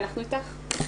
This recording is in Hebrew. אנחנו איתך.